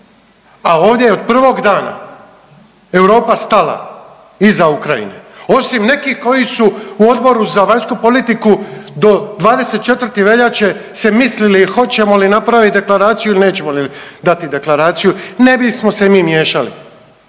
A ovdje je od prvog dana Europa stala iza Ukrajine osim nekih koji su u Odboru za vanjsku politiku do 24. veljače mislili hoćemo li napraviti deklaraciju ili nećemo im dati deklaraciju. Ne bismo se mi miješali.